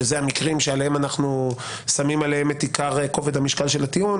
שאלה הם המקרים שעליהם אנחנו שמים את עיקר כובד המשקל של הטיעון